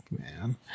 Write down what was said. Man